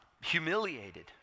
humiliated